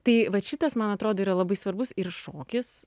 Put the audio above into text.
tai vat šitas man atrodo yra labai svarbus ir šokis